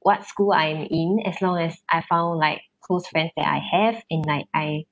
what school I'm in as long as I found like close friends that I have and like I